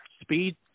Speed